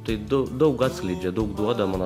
tai du daug atskleidžia daug duoda man